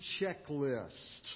checklist